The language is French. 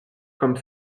comme